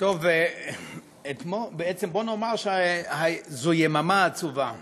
בוא נאמר שזאת יממה עצובה